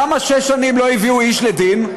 למה שש שנים לא הביאו איש לדין,